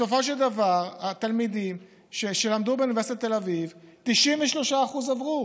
בסופו של דבר מהתלמידים שלמדו באוניברסיטה העברית 93% עברו.